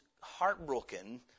heartbroken